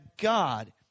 God